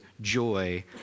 joy